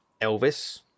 Elvis